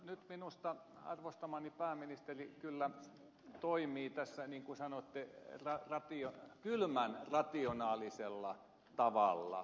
nyt minusta arvostamani pääministeri kyllä toimii tässä niin kuin sanotte kylmän rationaalisella tavalla